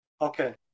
Okay